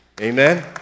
Amen